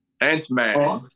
Ant-Man